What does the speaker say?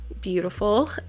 beautiful